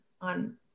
on